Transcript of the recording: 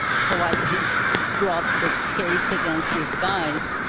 so i brought the case against these guys,